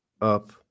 up